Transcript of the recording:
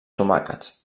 tomàquets